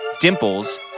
Dimples